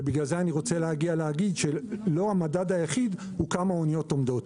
ובגלל זה אני רוצה להגיד שלא המדד היחיד הוא כמה אניות עומדות,